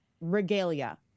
regalia